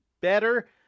better